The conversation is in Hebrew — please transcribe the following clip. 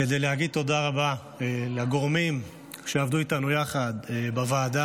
כדי להגיד תודה רבה לגורמים שעבדו איתנו יחד בוועדה